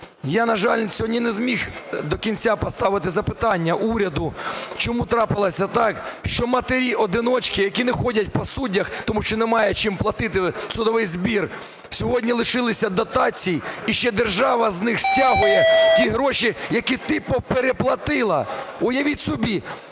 Я, на жаль, сьогодні не зміг до кінця поставити запитання уряду, чому трапилося так, що матері-одиночки, які не ходять по суддях, тому що немає чим платити судовий збір, сьогодні лишилися дотацій? І ще держава з них стягує ті гроші, які, типу, переплатила. Уявіть собі.